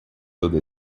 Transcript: toda